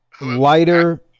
lighter